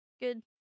good